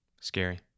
Scary